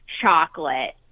chocolate